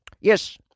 Yes